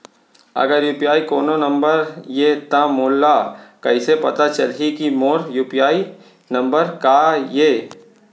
अगर यू.पी.आई कोनो नंबर ये त मोला कइसे पता चलही कि मोर यू.पी.आई नंबर का ये?